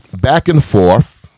back-and-forth